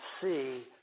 see